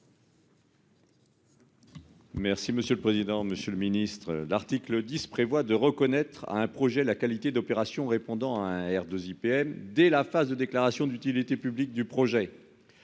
Merci monsieur le président, Monsieur le Ministre, l'article 10 prévoit de reconnaître à un projet la qualité d'opération répondant à un air 2 IPM dès la phase de déclaration d'utilité publique du projet.